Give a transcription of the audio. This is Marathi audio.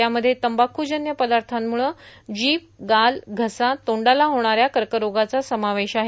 त्यामध्ये तंबाखूजन्य पदार्थांमुळं जीभ गाल घसा तोंडाला होणाऱ्या कर्करोगाचा समावेश आहे